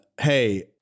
Hey